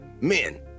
men